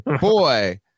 Boy